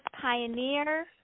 pioneer